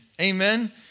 Amen